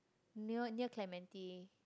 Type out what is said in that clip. near near Clementi